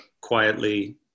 quietly